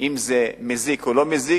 אם זה מזיק או לא מזיק.